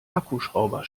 akkuschrauber